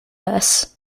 less